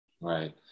Right